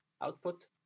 output